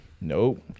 Nope